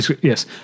Yes